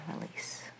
release